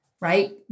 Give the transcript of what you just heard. right